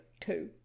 two